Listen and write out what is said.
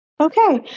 Okay